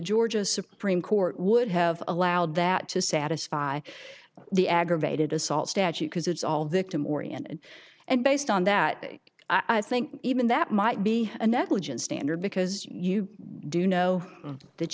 georgia supreme court would have allowed that to satisfy the aggravated assault statute because it's all dictum oriented and based on that i think even that might be a negligence standard because you do know that